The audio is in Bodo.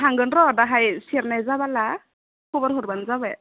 थांगोन र' दाहाय सेरनाय जाबोला खबर हरब्लानो जाबाय